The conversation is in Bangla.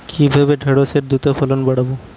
কিভাবে ঢেঁড়সের দ্রুত ফলন বাড়াব?